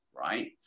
right